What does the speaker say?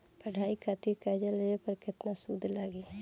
पढ़ाई खातिर कर्जा लेवे पर केतना सूद लागी?